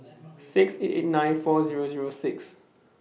six eight eight nine four Zero Zero six